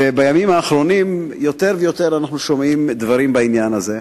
ובימים האחרונים אנחנו שומעים יותר ויותר דברים בעניין הזה.